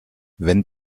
wenn